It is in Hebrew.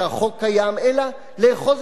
יש לאחוז את השור בקרניו, להגיד: